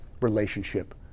relationship